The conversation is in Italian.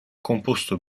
composto